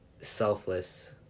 selfless